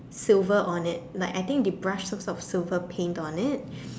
silver on it like I think they brushed some sort of silver paint on it